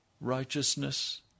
righteousness